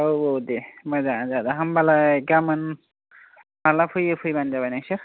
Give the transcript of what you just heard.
औ औ दे मोजांयानो जादों होम्बालाय गाबोन माब्ला फैयो फैबानो जाबाय नोंसोर